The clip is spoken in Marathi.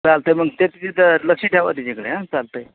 चालत आहे मग ते तिचं ते लक्ष ठेवा तिच्याकडे हां चालत आहे